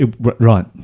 Right